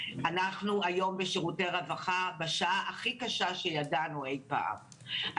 אנחנו היום בשירותי רווחה בשעה הכי קשה שידענו אי פעם.